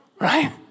right